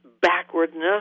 backwardness